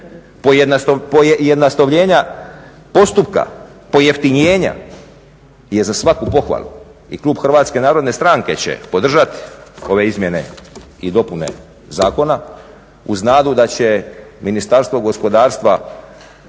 pojednostavljenja postupka, pojeftinjenja je za svaku pohvalu. I Klub Hrvatske narodne stranke će podržati ove izmjene i dopune zakona uz nadu da će Ministarstvo gospodarstva